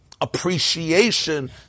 appreciation